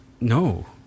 No